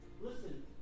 Listen